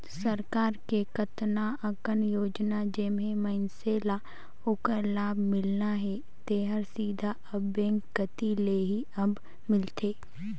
सरकार के कतनो अकन योजना जेम्हें मइनसे ल ओखर लाभ मिलना हे तेहर सीधा अब बेंक कति ले ही अब मिलथे